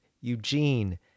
Eugene